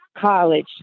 college